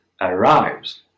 arrives